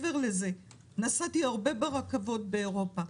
מעבר לזה, נסעתי הרבה ברכבות באירופה.